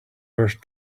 first